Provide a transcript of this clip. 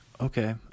Okay